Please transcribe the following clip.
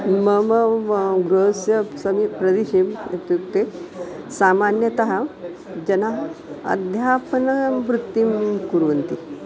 मम गृहस्य समी प्रदेशे इत्युक्ते सामान्यतः जनाः अध्यापनवृत्तिं कुर्वन्ति